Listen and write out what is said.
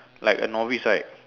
like a novice right